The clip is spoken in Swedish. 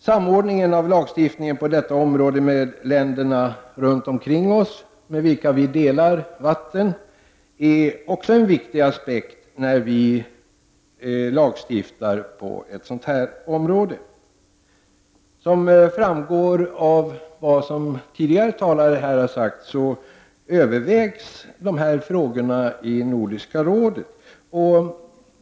Samordningen av lagstiftningen med länderna runt omkring oss, med vilka vi delar vattnen, är också en viktig aspekt när vi lagstiftar på ett sådant här område. Som framgår av vad tidigare talare har sagt övervägs dessa frågor i Nordiska rådet.